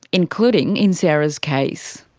including in sarah's case.